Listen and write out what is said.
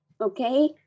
Okay